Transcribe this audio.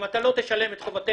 אם אתה לא תשלם את חובותיך,